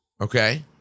okay